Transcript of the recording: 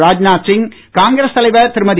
Rajnath Singh Congress தலைவர் திருமதி